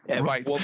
Right